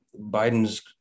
Biden's